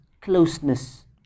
closeness